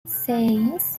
seis